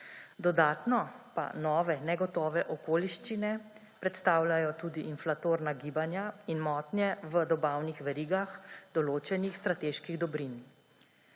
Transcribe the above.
Dodatno pa nove negotove okoliščine predstavljajo tudi inflatorna gibanja in motnje v dobavnih verigah določenih strateških dobrin.